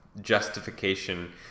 justification